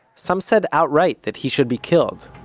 some said outright that he should be killed,